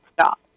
stop